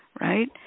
right